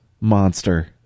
Monster